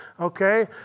okay